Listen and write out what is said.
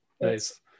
Nice